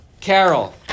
Carol